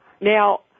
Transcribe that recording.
Now